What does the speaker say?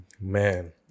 Man